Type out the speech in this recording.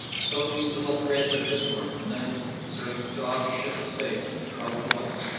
so these little threads of discord united serve to draw the ship of state into troubled waters.